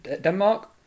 Denmark